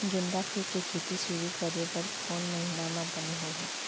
गेंदा फूल के खेती शुरू करे बर कौन महीना मा बने होही?